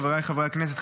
חבריי חברי הכנסת,